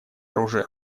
оружия